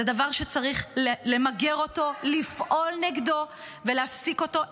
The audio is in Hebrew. זה דבר שצריך למגר, לפעול נגדו ולהפסיק אותו.